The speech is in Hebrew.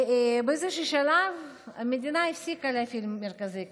באיזשהו שלב המדינה הפסיקה להפעיל מרכזי קליטה.